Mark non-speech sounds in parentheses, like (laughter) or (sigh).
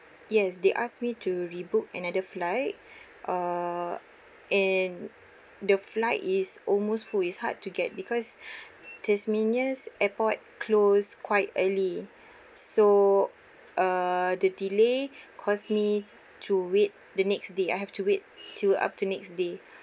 yes they asked me to rebook another flight uh and the flight is almost full it's hard to get because (breath) tasmania's airport close quite early so uh the delay caused (noise) me to wait the next day I have to wait (noise) till up to next day